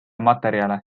materjale